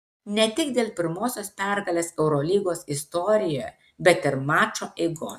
ne tik dėl pirmosios pergalės eurolygos istorijoje bet ir mačo eigos